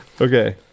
Okay